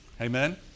Amen